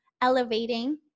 elevating